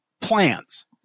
plans